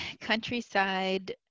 countryside